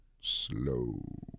slow